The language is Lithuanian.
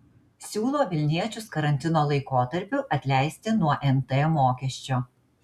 siūlo vilniečius karantino laikotarpiu atleisti nuo nt mokesčio